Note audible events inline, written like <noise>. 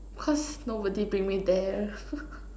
cos nobody bring me there <laughs>